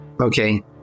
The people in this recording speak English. Okay